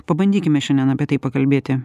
pabandykime šiandien apie tai pakalbėti